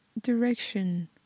direction